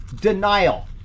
denial